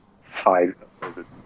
five